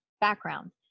background